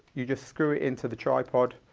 you just screw it into the tripod,